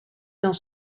dans